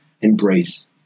embrace